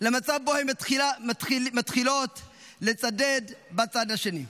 למצב שבו הם מתחילים לצדד בצד השני,